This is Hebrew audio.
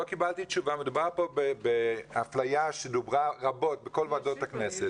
מדובר פה באפליה שדוברה רבות בכל ועדות הכנסת